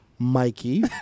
Mikey